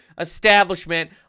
establishment